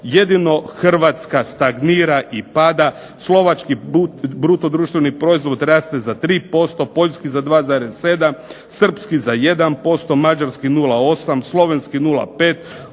jedino Hrvatska stagnira i pada. Slovački bruto društveni proizvod raste za 3%, poljski za 2,7, srpski za 1%, mađarski 0,8, slovenski 0,5.